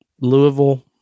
Louisville